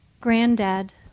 granddad